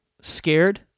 scared